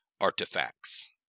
artifacts